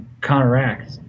counteract